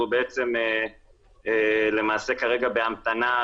הוא בעצם למעשה כרגע בהמתנה,